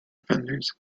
vendors